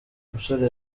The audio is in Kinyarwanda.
umusore